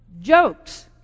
Jokes